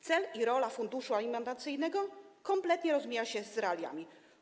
Cel, rola funduszu alimentacyjnego kompletnie rozmija się z realiami.